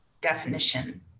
definition